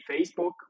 Facebook